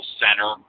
center